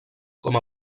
com